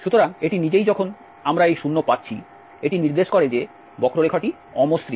সুতরাং এটি নিজেই যখন আমরা এই 0 পাচ্ছি এটি নির্দেশ করে যে বক্ররেখাটি অমসৃণ